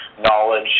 knowledge